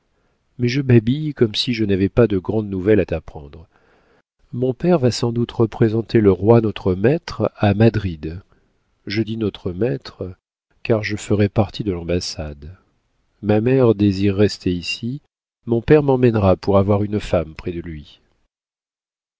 mais je babille comme si je n'avais pas de grandes nouvelles à t'apprendre mon père va sans doute représenter le roi notre maître à madrid je dis notre maître car je ferai partie de l'ambassade ma mère désire rester ici mon père m'emmènera pour avoir une femme près de lui